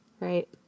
right